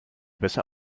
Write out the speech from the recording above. besser